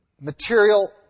material